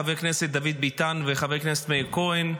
חבר הכנסת דוד ביטן וחבר הכנסת מאיר כהן,